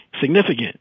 significant